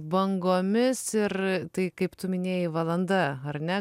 bangomis ir tai kaip tu minėjai valanda ar ne